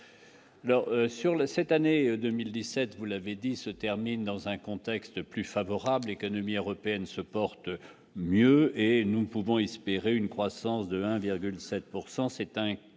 le cette année 2017, vous l'avez dit se termine dans un contexte plus favorable économie européenne se porte mieux et nous pouvons espérer une croissance de 1,7